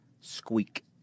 squeak